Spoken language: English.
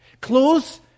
Close